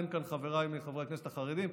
אין כאן מחבריי חברי הכנסת החרדים.